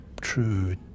true